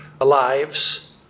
lives